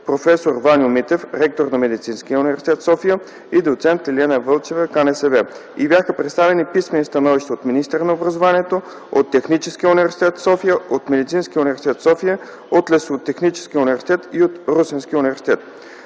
проф. Ваньо Митев - ректор на Медицинския университет – София, и доц. Лиляна Вълчева – КНСБ, и бяха представени писмени становища от министъра на образованието, младежта и науката, от Техническия университет - София, от Медицинския университет - София, от Лесотехническия университет и от Русенския университет.